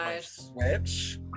Switch